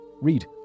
read